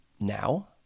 now